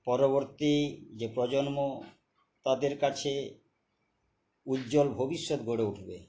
পরবর্তী যে প্রজন্ম তাদের কাছে উজ্জ্বল ভবিষ্যৎ গড়ে উঠবে